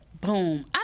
Boom